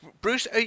Bruce